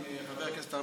עם חבר הכנסת ארבל,